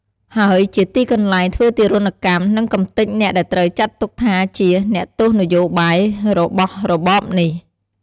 ហើយជាទីកន្លែង ធ្វើទារុណកម្ម និងកំទេចអ្នកដែលត្រូវចាត់ទុកថាជា “អ្នកទោសនយោបាយ” របស់របបនេះ។